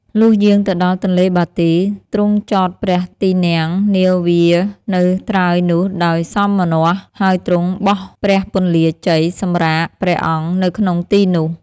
លុះយាងទៅដល់ទនេ្លបាទី ទ្រង់ចតព្រះទីន័ងនាវានៅត្រើយនោះដោយសោមនស្ស ហើយទ្រង់បោះព្រះពន្លាជ័យសម្រាកព្រះអង្គនៅក្នុងទីនោះ។